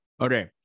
Okay